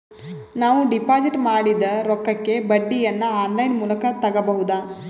ನಾವು ಡಿಪಾಜಿಟ್ ಮಾಡಿದ ರೊಕ್ಕಕ್ಕೆ ಬಡ್ಡಿಯನ್ನ ಆನ್ ಲೈನ್ ಮೂಲಕ ತಗಬಹುದಾ?